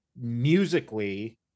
musically